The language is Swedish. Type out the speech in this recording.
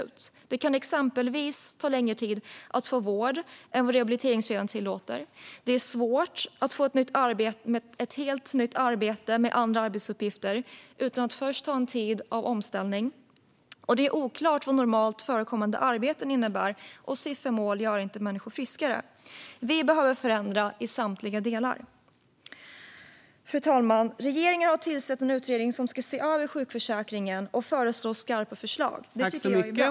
Socialförsäkrings-frågor Det kan exempelvis ta längre tid att få vård än vad rehabiliteringskedjan tillåter. Det är svårt att få ett helt nytt arbete med andra arbetsuppgifter utan att först ha en tid av omställning. Det är oklart vad normalt förekommande arbeten innebär, och siffermål gör inte människor friskare. Vi behöver förändra i samtliga delar. Fru talman! Regeringen har tillsatt en utredning som ska se över sjukförsäkringen och lägga fram skarpa förslag. Det tycker jag är bra.